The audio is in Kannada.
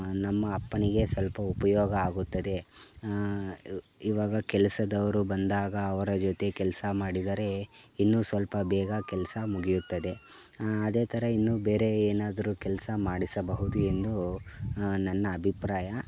ನಮ್ಮ ಅಪ್ಪನಿಗೆ ಸ್ವಲ್ಪ ಉಪಯೋಗ ಆಗುತ್ತದೆ ಇವಾಗ ಕೆಲಸದವ್ರು ಬಂದಾಗ ಅವರ ಜೊತೆ ಕೆಲಸ ಮಾಡಿದರೆ ಇನ್ನು ಸ್ವಲ್ಪ ಬೇಗ ಕೆಲಸ ಮುಗಿಯುತ್ತದೆ ಅದೇ ಥರ ಇನ್ನು ಬೇರೆ ಏನಾದರು ಕೆಲಸ ಮಾಡಿಸಬಹುದು ಎಂದು ನನ್ನ ಅಭಿಪ್ರಾಯ